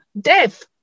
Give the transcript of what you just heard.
death